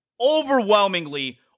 overwhelmingly